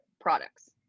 products